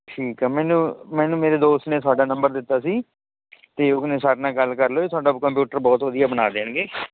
ਠੀਕ ਹੈ ਮੈਨੂੰ ਮੈਨੂੰ ਮੇਰੇ ਦੋਸਤ ਨੇ ਤੁਹਾਡਾ ਨੰਬਰ ਦਿੱਤਾ ਸੀ ਅਤੇ ਉਹ ਕਹਿੰਦੇ ਸਰ ਨਾਲ ਗੱਲ ਕਰ ਲਿਓ ਤੁਹਾਡਾ ਉਹ ਕੰਪਿਊਟਰ ਬਹੁਤ ਵਧੀਆ ਬਣਾ ਦੇਣਗੇ